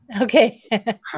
okay